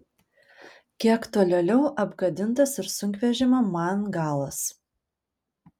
kiek tolėliau apgadintas ir sunkvežimio man galas